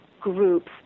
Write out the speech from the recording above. groups